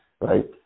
right